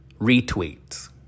retweets